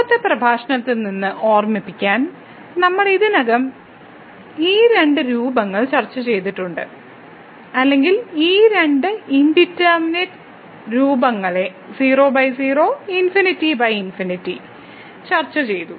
മുമ്പത്തെ പ്രഭാഷണത്തിൽ നിന്ന് ഓർമിക്കാൻ നമ്മൾ ഇതിനകം ഈ രണ്ട് രൂപങ്ങൾ ചർച്ചചെയ്തിട്ടുണ്ട് അല്ലെങ്കിൽ 00 ∞∞ ഈ രണ്ട് ഇൻഡിറ്റർമിനെറ്റ് രൂപങ്ങളെ ചർച്ചചെയ്തു